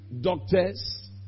doctors